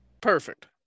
perfect